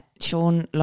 Sean